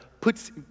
puts